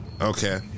Okay